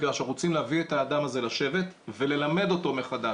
רוצים להביא את האדם הזה לשבת וללמד אותו מחדש